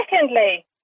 secondly